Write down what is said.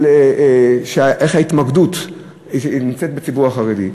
של איך ההתמקדות נמצאת בציבור החרדי.